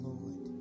Lord